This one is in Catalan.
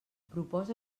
proposa